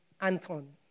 Anton